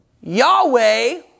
Yahweh